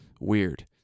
weird